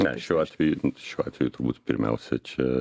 ne šiuo atveju šiuo atveju turbūt pirmiausia čia